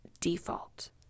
default